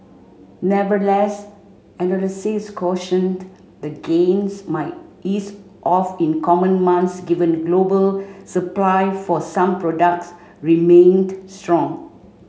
nevertheless analysts cautioned the gains might ease off in coming months given global supply for some products remained strong